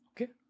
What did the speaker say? okay